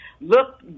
Look